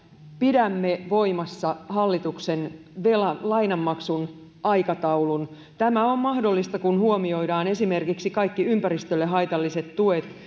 pidämme voimassa hallituksen lainanmaksun aikataulun tämä on mahdollista kun huomioidaan esimerkiksi kaikki ympäristölle haitalliset tuet